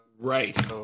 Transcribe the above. right